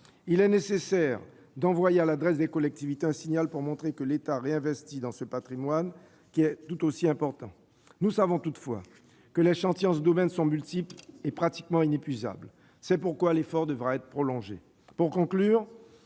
Il est nécessaire d'envoyer, à l'adresse des collectivités, un signal pour montrer que l'État réinvestit dans ce patrimoine, qui est tout aussi important. Nous savons toutefois que les chantiers, en ce domaine, sont multiples et pratiquement inépuisables ; c'est pourquoi l'effort devra être prolongé.